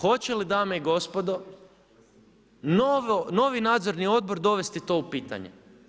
Hoće li dame i gospodo, novi nadzorni odbor, dovesti to u pitanje?